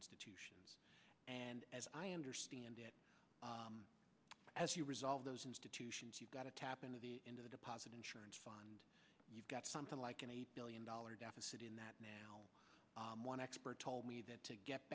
institutions and as i understand it as you resolve those institutions you've got to tap into into the deposit insurance fund you've got something like an eight billion dollars deficit in that now one expert told me that to get